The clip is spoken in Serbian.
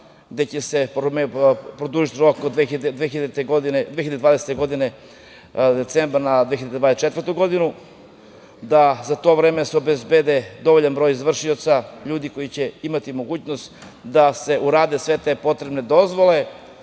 gde će se produžiti rok od decembra 2020. godine na 2024. godinu, da se za to vreme obezbedi dovoljan broj izvršioca, ljudi koji će imati mogućnost da urade sve te potrebne dozvole